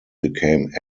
became